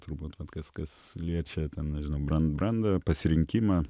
turbūt vat kas kas liečia tennežinau bran brandą pasirinkimą